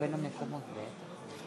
עבד אל חכים חאג'